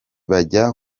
bajya